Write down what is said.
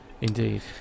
indeed